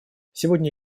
сегодня